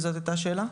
אם זו הייתה השאלה.